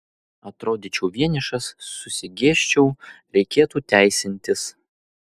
atrodyčiau vienišas susigėsčiau reikėtų teisintis